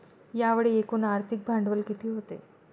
यावेळी एकूण आर्थिक भांडवल किती होते?